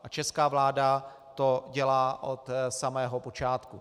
A česká vláda to dělá od samého počátku.